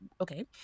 okay